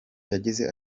yagize